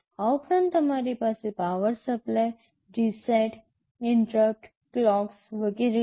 આ ઉપરાંત તમારી પાસે power supply reset interrupt clocks વગેરે છે